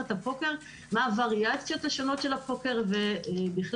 מה זו משפחת הפוקר ומהן הווריאציות השונות של הפוקר ובכלל.